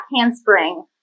handspring